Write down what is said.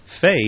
faith